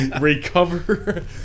Recover